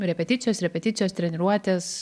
repeticijos repeticijos treniruotės